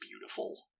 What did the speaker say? beautiful